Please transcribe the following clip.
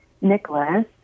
Nicholas